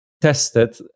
tested